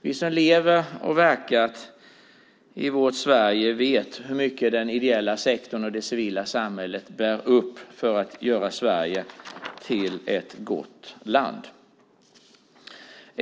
Vi som lever och verkar i vårt Sverige vet hur mycket den ideella sektorn och det civila samhället bär upp för att göra Sverige till ett gott land.